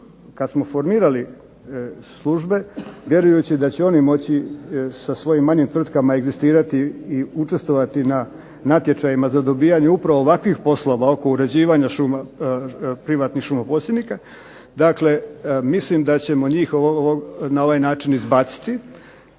kada smo formirali službe vjerujući da će oni moći sa svojim manjim tvrtkama egzistirati i učestvovati na natječajima za dobivanje upravo ovakvih poslova za uređivanja šuma, privatnih šumoposjednika. Dakle, mislim da ćemo njih na ovaj način izbaciti